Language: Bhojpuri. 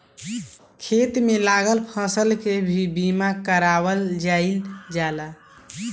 खेत में लागल फसल के भी बीमा कारावल जाईल जाला